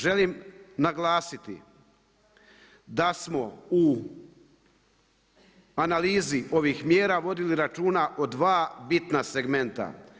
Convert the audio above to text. Želim naglasiti da smo u analizi ovih mjera vodili računa o dva bitna segmenta.